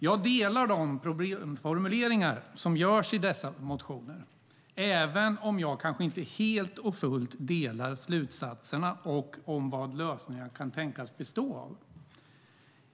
Jag delar de problemformuleringar som görs i dessa motioner, även om jag kanske inte helt och fullt håller med om slutsatserna och vad lösningarna kan tänkas bestå av.